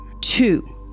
Two